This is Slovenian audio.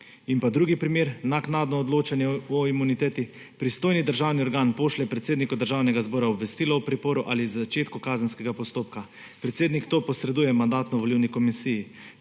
drugi primer, naknadno odločanje o imuniteti. Pristojni državni organ pošlje predsedniku Državnega zbora obvestilo o priporu ali začetku kazenskega postopka. Predsednik to posreduje Mandatno-volilni komisiji.